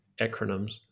acronyms